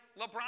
LeBron